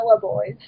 boys